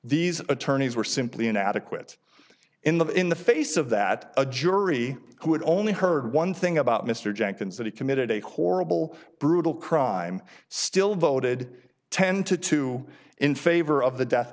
these attorneys were simply inadequate in the in the face of that a jury who had only heard one thing about mr jenkins that he committed a horrible brutal crime still voted ten to two in favor of the death